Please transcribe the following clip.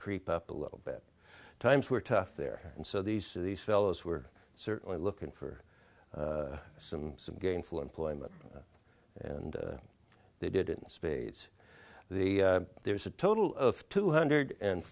creep up a little bit times were tough there and so these these fellows were certainly looking for some some gainful employment and they did in spades the there's a total of two hundred and